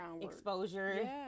exposure